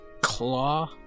claw